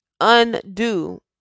undo